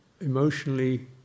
emotionally